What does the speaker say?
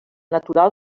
natural